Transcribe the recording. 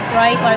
right